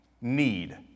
need